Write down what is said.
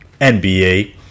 NBA